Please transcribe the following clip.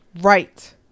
right